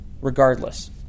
regardless